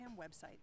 website